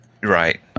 Right